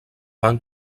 van